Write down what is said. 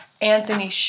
Anthony